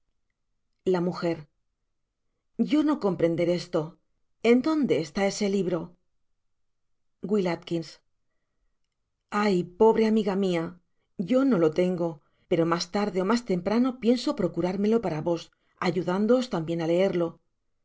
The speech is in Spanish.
la m yo no comprender esto en dónde está ese libro w a ay pobre amiga mia yo no lo tengo pero mas tarde ó mas temprano pienso procurármelo para vos ayudándoos tambien á leerlo